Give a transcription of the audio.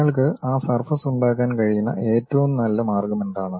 ഒരാൾക്ക് ആ സർഫസ് ഉണ്ടാക്കാൻ കഴിയുന്ന ഏറ്റവും നല്ല മാർഗ്ഗമെന്താണ്